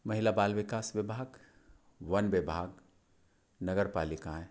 महिला बाल विकास विभाग वन विभाग नगर पालिकाएं